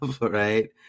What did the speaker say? right